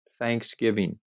Thanksgiving